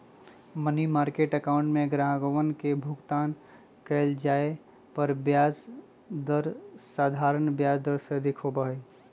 money market account में ग्राहकवन के भुगतान कइल जाये पर ब्याज दर साधारण ब्याज दर से अधिक होबा हई